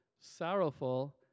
sorrowful